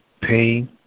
pain